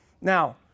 Now